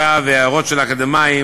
חברי וחברות הכנסת,